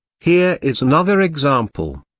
here is another example.